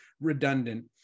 redundant